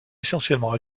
essentiellement